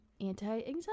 anti-anxiety